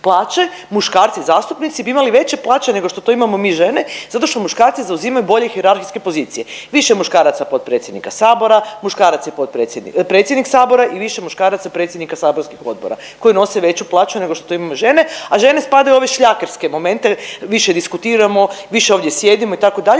muškarci zastupnici bi imali veće plaće nego što to imamo mi žene zato što muškarci zauzimaju bolje hijerarhijske pozicije. Više muškaraca potpredsjednika Sabora, muškarac je predsjednik Sabora i više muškaraca predsjednika saborskih odbora koji nose veću plaću nego što to imamo žene, a žene spadaju u one šljakerske momente više diskutiramo, više ovdje sjedimo itd. i tako je